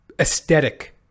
aesthetic